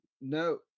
no